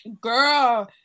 girl